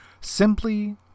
simply